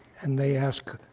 and they ask,